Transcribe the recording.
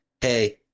Hey